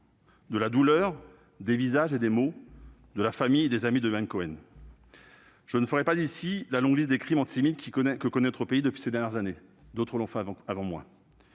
de la douleur, des visages et des mots de la famille et des amis de Yohan Cohen. Je ne reprendrai pas ici la longue liste des crimes antisémites qu'a connus la France ces dernières années- d'autres l'ont fait avant moi.